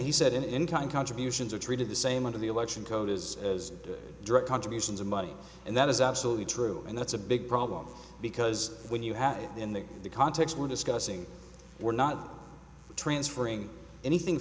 he said in kind contributions are treated the same under the election code is as a direct contributions of money and that is absolutely true and that's a big problem because when you have in the context we're discussing we're not transferring anything